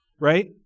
right